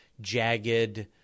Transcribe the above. jagged